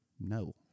No